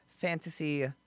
fantasy